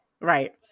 Right